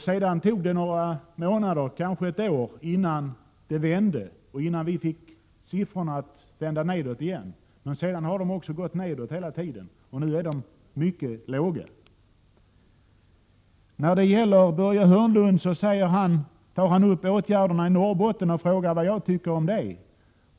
Sedan tog det några månader, kanske ett år, innan vi fick siffrorna att vända nedåt igen. Men sedan har de också gått nedåt hela tiden, och nu är de mycket låga. Börje Hörnlund tar upp åtgärderna i Norrbotten och frågar vad jag tycker om dem.